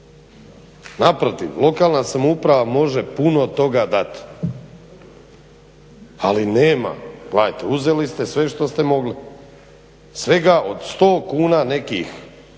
Naprotiv, lokalna samouprava može puno toga dati, ali nema. Gledajte, uzeli ste sve što ste mogli, svega od 100 kuna nekih